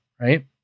right